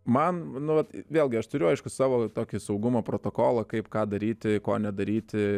man nu vat vėlgi aš turiu aišku savo tokį saugumo protokolą kaip ką daryti ko nedaryti